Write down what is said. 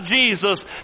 Jesus